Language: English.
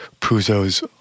Puzo's